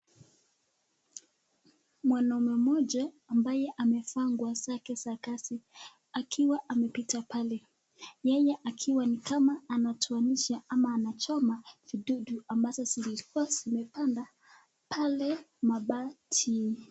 Mwanaume mmoja ambaye amevaa nguoz ake za kazi akiwa amepita pale yeye akiwa ni kama anatoanisha ama anachoma dudu ambazo zilikuwa zimepanda pale mabatini.